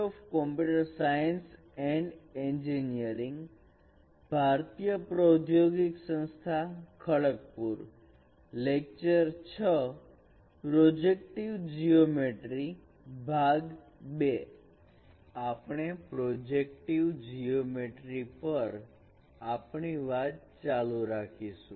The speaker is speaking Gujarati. geometry પર આપણી વાતચીત ચાલુ રાખીશું